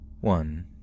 One